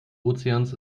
ozeans